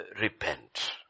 repent